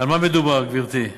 על מה מדובר, גברתי?